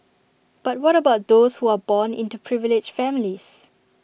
but what about those who are born into privileged families